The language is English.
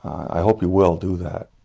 i hope you will do that.